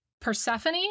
Persephone